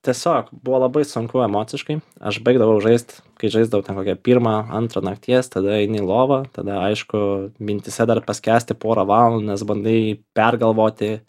tiesiog buvo labai sunku emociškai aš baigdavau žaist kai žaisdavo ten kokią pirmą antrą nakties tada eini į lovą tada aišku mintyse dar paskęsti porą valandų nes bandai pergalvoti